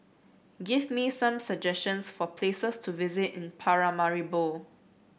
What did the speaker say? gives me some suggestions for places to visit in Paramaribo